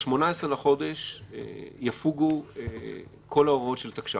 ב-18 בחודש יפוגו כל ההוראות של תקש"ח,